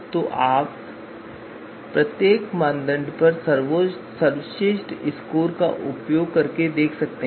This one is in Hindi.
तो आप यहां प्रत्येक मानदंड पर सर्वश्रेष्ठ स्कोर का उपयोग करके देख सकते हैं